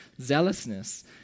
zealousness